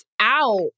Out